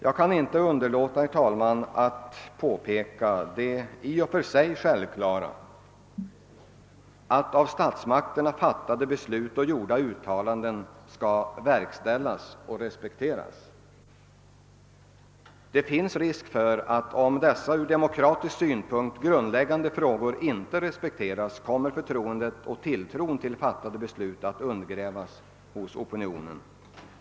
Jag kan inte underlåta att påpeka det i och för sig självklara att av statsmakterna fattade beslut och gjorda uttalanden skall verkställas och respekteras. Det finns risk för att om dessa ur demokratisk synpunkt grundläggande principer inte respekteras, kommer förtroendet och tilltron till fattade beslut att undergrävas hos opinionen.